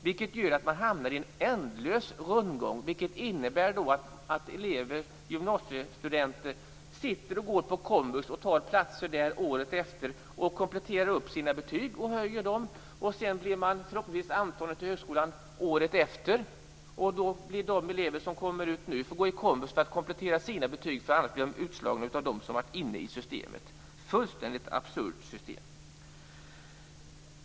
Det gör att man hamnar i en ändlös rundgång, vilket innebär att elever, gymnasiestudenter, sitter på komvux och tar upp platser året efter för att komplettera upp sina betyg och höja dem. Sedan blir de förhoppningsvis antagna till högskolan året efter. Då får de elever som då kommer ut gå i komvux för att komplettera sina betyg. Annars blir de utslagna av dem som har varit inne i systemet. Det är ett fullständigt absurt system.